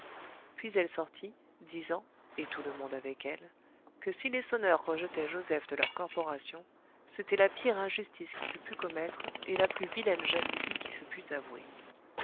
terre puis elle sortit disant et tout le monde avec elle que si les sonneurs rejetaient joseph de leur corporation c'était la pire injustice qui se pût commettre et la plus vilaine jalousie qui se pût avouer